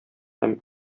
һәм